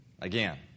Again